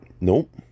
Nope